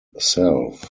self